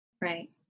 right